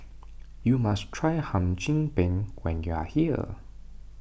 you must try Hum Chim Peng when you are here